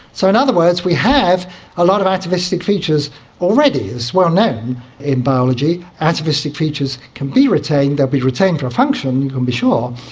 so in other words we have a lot of atavistic features already. it's well known in biology, atavistic features can be retained, they'll be retained for a function, you can be sure,